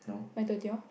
my